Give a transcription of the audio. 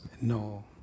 No